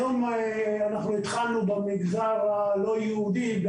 היום התחלנו במגזר הלא יהודי,